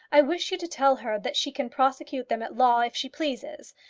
i wish you to tell her that she can prosecute them at law if she pleases.